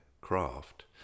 craft